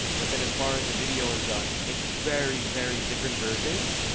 but then as far as the video has done, make very, very different versions.